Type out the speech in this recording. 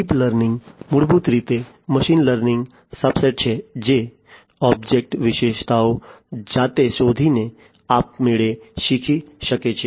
deep learning મૂળભૂત રીતે machine લર્નિંગનો સબસેટ છે જે ઑબ્જેક્ટની વિશેષતાઓ જાતે શોધીને આપમેળે શીખી શકે છે